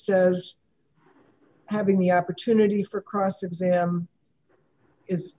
says having the opportunity for cross exam is